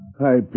Hi